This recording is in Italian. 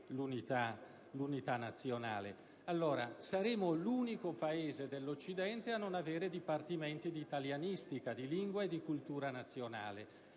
l'unità nazionale. Noi saremo l'unico Paese dell'Occidente a non avere dipartimenti di italianistica, di lingua e cultura nazionale.